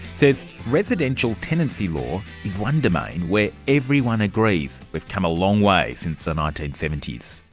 says residential tenancy law is one domain where everyone agrees we've come a long way since the nineteen seventy s.